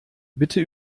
bitte